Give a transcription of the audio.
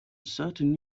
certain